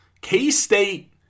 K-State